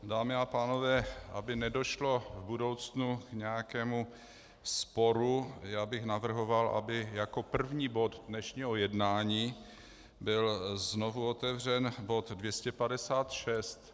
Dámy a pánové, aby nedošlo v budoucnu k nějakému sporu, já bych navrhoval, aby jako první bod dnešního jednání byl znovu otevřen bod 256.